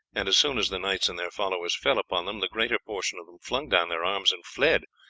and as soon as the knights and their followers fell upon them, the greater portion of them flung down their arms and fled,